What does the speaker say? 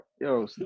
Yo